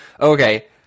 Okay